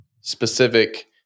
specific